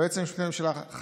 והיועץ המשפטי לממשלה,